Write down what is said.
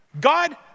God